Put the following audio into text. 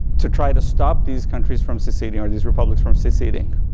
to try to stop these countries from seceding, or these republics from seceding.